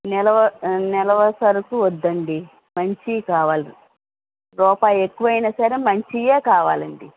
నిలవ నిలవ సరుకు వద్దండి మంచివి కావాలి రూపాయి ఎక్కువైనా సరే మంచివే కావాలండి